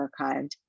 archived